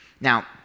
Now